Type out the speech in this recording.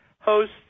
host